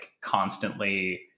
constantly